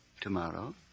tomorrow